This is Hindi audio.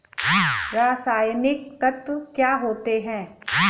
रसायनिक तत्व क्या होते हैं?